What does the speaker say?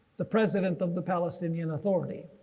the president of the palestinian authority.